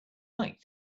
like